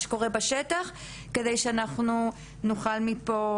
שקורה בשטח וזאת על מנת שאנחנו נוכל מפה